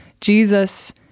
Jesus